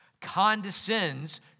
condescends